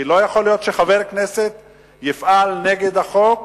כי לא יכול להיות שחבר כנסת יפעל נגד החוק,